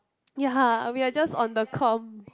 ya we're just on the com